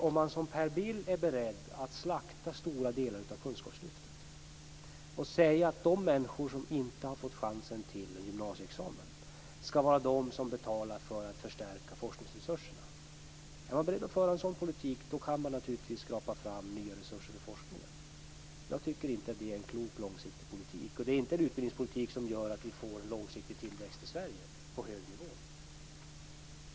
Om man som Per Bill är beredd att slakta stora delar av kunskapslyftet och säga att de människor som inte har fått chansen till gymnasieexamen skall vara de som betalar för att förstärka forskningsresurserna och är beredd att föra en sådan politik kan man naturligtvis skrapa fram nya resurser för forskningen. Jag tycker inte att det är en klok långsiktig politik. Det är inte en utbildningspolitik som gör att vi får en långsiktig tillväxt i Sverige på hög nivå.